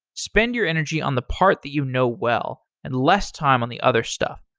spend your energy on the part that you know well and less time on the other stuff.